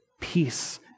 peace